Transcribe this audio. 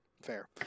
Fair